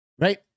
Right